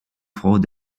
fort